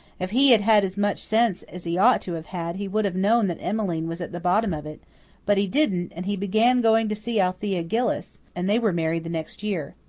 if he had had as much sense as he ought to have had he would have known that emmeline was at the bottom of it but he didn't, and he began going to see althea gillis, and they were married the next year.